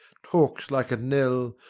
talks like a knell,